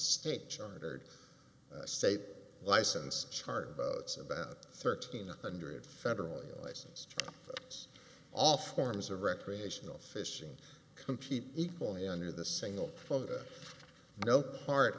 state chartered state license charter boats about thirteen hundred federally licensed all forms of recreational fishing compete equally under the single quota no part